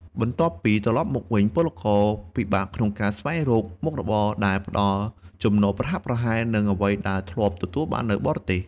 បន្ទាប់ពីត្រឡប់មកវិញ ពួកគេពិបាកក្នុងការស្វែងរកមុខរបរណាដែលផ្តល់ចំណូលប្រហាក់ប្រហែលនឹងអ្វីដែលធ្លាប់ទទួលបាននៅបរទេស។